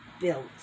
built